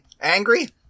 Angry